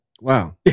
Wow